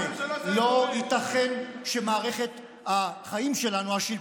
לא ייתכן שמערכת החיים שלנו, השלטון שלנו,